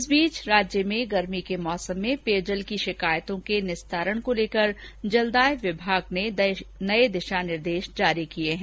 इस बीच प्रदेश में गर्मी के मौसम में पेयजल की शिकायतों के निस्तारण को लेकर जलदाय विभाग ने नये दिशा निर्देश जारी किए हैं